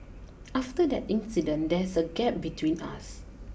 after that incident there's a gap between us